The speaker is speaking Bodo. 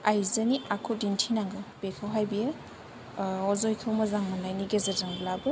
आइजोनि आखु दिन्थिनांगौ बेखौहाय बियो अजयखौ मोजां मोननायनि गेजेरजोंब्लाबो